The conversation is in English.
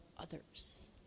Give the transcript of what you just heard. others